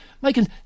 Michael